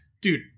Dude